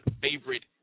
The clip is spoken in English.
favorite